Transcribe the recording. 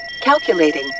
Calculating